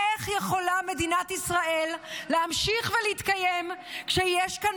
איך יכולה מדינת ישראל להמשיך ולהתקיים כשיש כאן